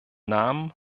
namen